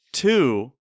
Two